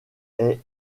est